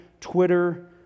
Twitter